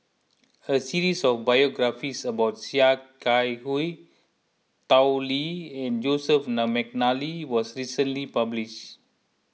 a series of biographies about Sia Kah Hui Tao Li and Joseph McNally was recently published